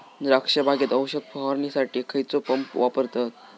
द्राक्ष बागेत औषध फवारणीसाठी खैयचो पंप वापरतत?